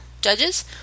judges